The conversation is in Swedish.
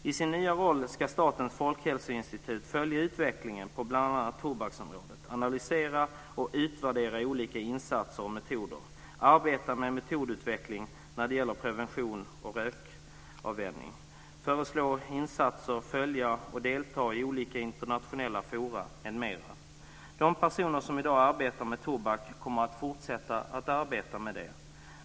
I sin nya roll ska Statens folkhälsoinstitut följa utvecklingen på bl.a. tobaksområdet, analysera och utvärdera olika insatser och metoder, arbeta med metodutveckling när det gäller prevention och rökavvänjning, föreslå insatser, följa och delta i olika internationella forum, m.m. De personer som i dag arbetar med frågor om tobak kommer att fortsätta med det.